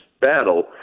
battle